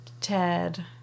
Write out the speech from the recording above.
Ted